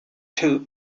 two